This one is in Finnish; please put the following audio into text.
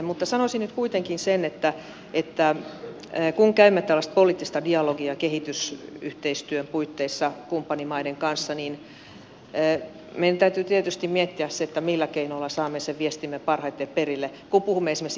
mutta sanoisin nyt kuitenkin sen että kun käymme tällaista poliittista dialogia kehitysyhteistyön puitteissa kumppanimaiden kanssa niin meidän täytyy tietysti miettiä millä keinoilla saamme sen viestimme parhaiten perille